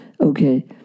Okay